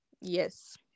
Yes